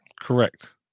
Correct